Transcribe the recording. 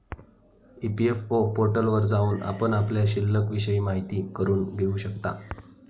EPFO पोर्टलवर जाऊन आपण आपल्या शिल्लिकविषयी माहिती करून घेऊ शकता